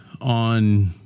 on